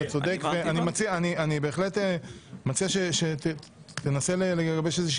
אתה צודק ואני בהחלט מציע שתנסה לגבש איזושהי